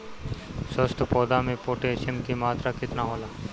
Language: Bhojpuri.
स्वस्थ पौधा मे पोटासियम कि मात्रा कितना होला?